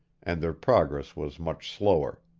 and their progress was much slower.